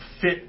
fit